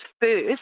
first